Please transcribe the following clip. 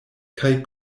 kaj